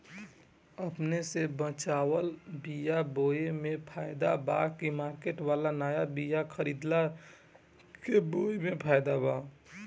अपने से बचवाल बीया बोये मे फायदा बा की मार्केट वाला नया बीया खरीद के बोये मे फायदा बा?